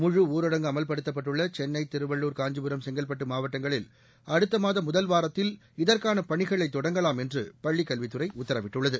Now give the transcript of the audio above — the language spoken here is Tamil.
முழு ஊரடங்கு அமல்படுத்தப்படவுள்ள சென்னை திருவள்ளூர் காஞ்சிபுரம் செங்கற்பட்டு மாவட்டங்களில் அடுத்த மாத முதல்வாரத்தில் இதற்கான பணிகளை தொடங்கலாம் என்று பள்ளிக் கல்வித்துறை உத்தரவிட்டுள்ளது